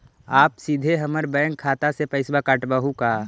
आप सीधे हमर बैंक खाता से पैसवा काटवहु का?